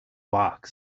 box